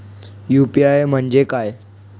UPI म्हणजे काय?